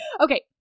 okay